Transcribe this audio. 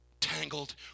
tangled